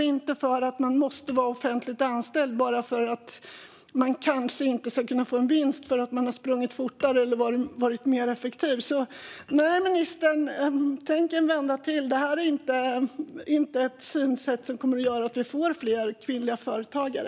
Man måste inte vara offentligt anställd bara för att man kanske inte ska kunna få en vinst för att man sprungit fortare eller varit mer effektiv. Nej, ministern, tänk en vända till! Det här är inte ett synsätt som kommer att göra att vi får fler kvinnliga företagare.